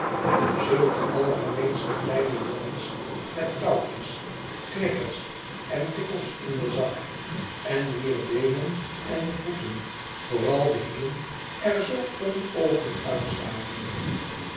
zulke allergemeenste kleine jongens met touwtjes knikkers en bikkels in den zak en wier beenen en voeten vooral de hielen er zoo onooglijk uitzagen